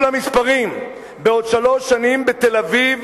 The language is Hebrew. למספרים: בעוד שלוש שנים בתל-אביב,